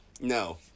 No